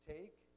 Take